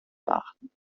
beachten